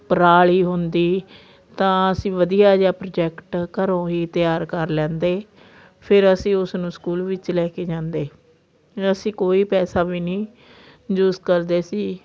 ਪਰਾਲੀ ਹੁੰਦੀ ਤਾਂ ਅਸੀਂ ਵਧੀਆ ਜਿਹਾ ਪ੍ਰੋਜੈਕਟ ਘਰੋਂ ਹੀ ਤਿਆਰ ਕਰ ਲੈਂਦੇ ਫਿਰ ਅਸੀਂ ਉਸ ਨੂੰ ਸਕੂਲ ਵਿੱਚ ਲੈ ਕੇ ਜਾਂਦੇ ਅਸੀਂ ਕੋਈ ਪੈਸਾ ਵੀ ਨਹੀਂ ਯੂਜ ਕਰਦੇ ਸੀ